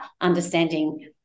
understanding